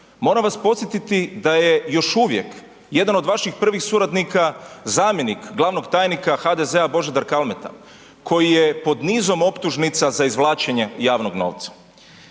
Moram vas podsjetiti da je još uvijek jedan od vaših prvih suradnika, zamjenik glavnog tajnika HDZ-a Božidar Kalmeta koji je pod nizom optužnica za izvlačenje javnog novca.